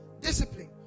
discipline